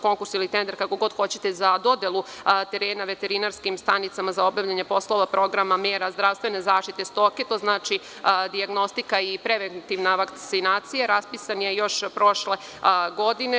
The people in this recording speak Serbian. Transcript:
Konkurs ili tender za dodelu terena veterinarskim stanicama za obavljanje poslova programa i mera zdravstvene zaštite stoke, to znači dijagnostika i preventivna vakcinacija, raspisan je još prošle godine.